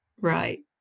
Right